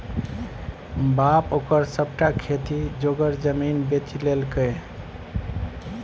बाप ओकर सभटा खेती जोगर जमीन बेचि लेलकै